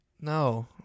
No